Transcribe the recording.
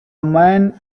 man